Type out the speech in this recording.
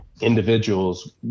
individuals